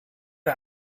der